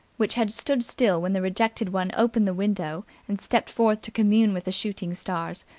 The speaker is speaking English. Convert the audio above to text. which had stood still when the rejected one opened the window and stepped forth to commune with the soothing stars,